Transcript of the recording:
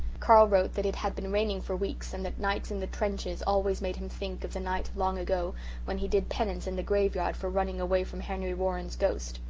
carl wrote that it had been raining for weeks and that nights in the trenches always made him think of the night of long ago when he did penance in the graveyard for running away from henry warren's ghost.